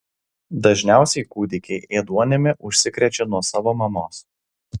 dažniausiai kūdikiai ėduonimi užsikrečia nuo savo mamos